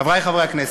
חברי חברי הכנסת,